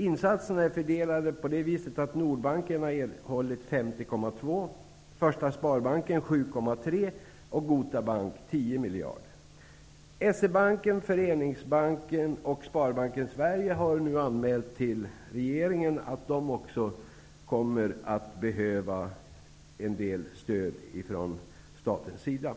Insatserna är fördelade på så sätt att Nordbanken har erhållit 50,2 miljarder, Första Sparbanken 7,3 Banken, Föreningsbanken och Sparbanken Sverige har nu anmält till regeringen att de också kommer att behöva en del stöd ifrån statens sida.